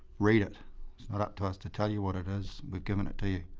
read it. it's not up to us to tell you what it is we've given it to